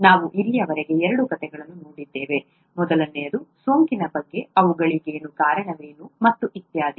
ನಾವು ಇಲ್ಲಿಯವರೆಗೆ ಎರಡು ಕಥೆಗಳನ್ನು ನೋಡಿದ್ದೇವೆ ಮೊದಲನೆಯದು ಸೋಂಕಿನ ಬಗ್ಗೆ ಅವುಗಳಿಗೆ ಕಾರಣವೇನು ಮತ್ತು ಇತ್ಯಾದಿ